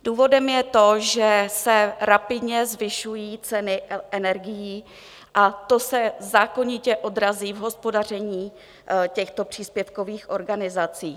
Důvodem je to, že se rapidně zvyšují ceny energií, a to se zákonitě odrazí v hospodaření těchto příspěvkových organizací.